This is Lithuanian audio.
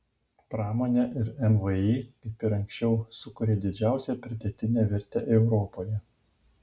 pramonė ir mvį kaip ir anksčiau sukuria didžiausią pridėtinę vertę europoje